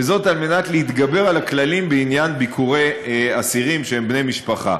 וזאת על מנת להתגבר על הכללים בעניין ביקורי אסירים שהם בני-משפחה.